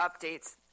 updates